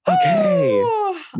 Okay